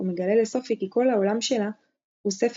הוא מגלה לסופי כי כל העולם שלה הוא ספר